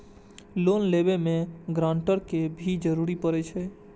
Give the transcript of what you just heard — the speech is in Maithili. लोन लेबे में ग्रांटर के भी जरूरी परे छै?